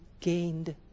gained